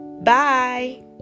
bye